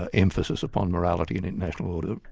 ah emphasis upon morality and international order.